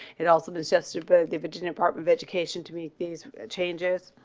it also been suggested by the virginia department of education to me. these changes